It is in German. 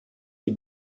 die